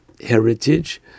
heritage